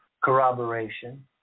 corroboration